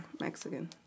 Mexican